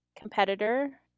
competitor